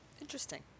Interesting